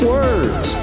words